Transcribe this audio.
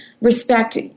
respect